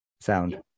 sound